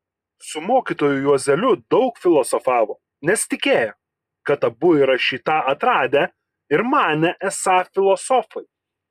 su mokytoju juozeliu daug filosofavo nes tikėjo kad abu yra šį tą atradę ir manė esą filosofai